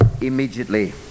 immediately